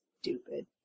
stupid